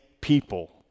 people